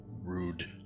rude